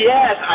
Yes